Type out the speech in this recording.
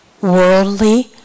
worldly